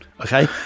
okay